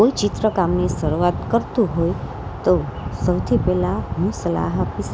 કોઈ ચિત્ર કામની શરૂઆત કરતું હોય તો સૌથી પહેલાં હું સલાહ આપીશ